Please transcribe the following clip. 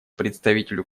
представителю